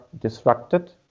disrupted